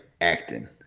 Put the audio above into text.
acting